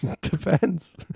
Depends